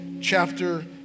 Chapter